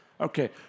Okay